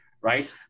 right